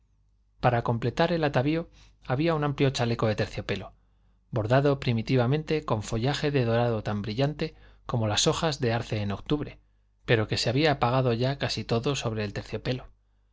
para completar el atavío había un amplio chaleco de terciopelo bordado primitivamente con follaje de dorado tan brillante como las hojas de arce en octubre pero que se había apagado ya casi del todo sobre el terciopelo